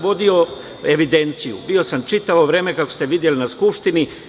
Vodio sam evidenciju, bio sam čitavo vreme, kako ste videli, na Skupštini.